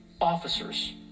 officers